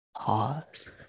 pause